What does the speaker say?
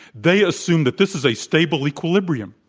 they assume that this is a stable equilibrium,